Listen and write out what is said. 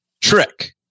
Trick